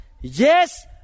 Yes